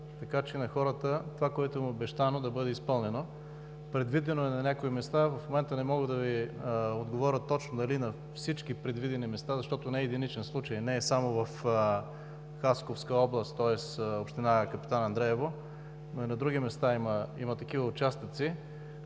така че това, което е обещано на хората, да бъде изпълнено. Предвидено е на някои места, в момента не мога да Ви отговоря точно дали на всички предвидени места, защото не е единичен случай, не само в Хасковска област, тоест община Капитан Андреево, и на други места има такива участници,